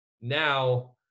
Now